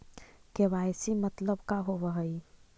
KYC मतलब का होव हइ?